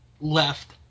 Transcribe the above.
left